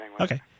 Okay